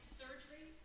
surgery